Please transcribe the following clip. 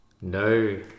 No